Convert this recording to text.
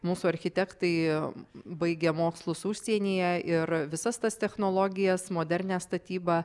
mūsų architektai baigę mokslus užsienyje ir visas tas technologijas modernią statybą